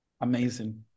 Amazing